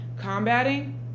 combating